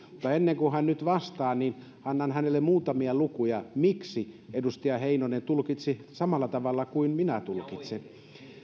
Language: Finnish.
mutta ennen kuin hän nyt vastaa annan hänelle muutamia lukuja miksi edustaja heinonen tulkitsi samalla tavalla kuin minä tulkitsen